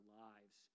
lives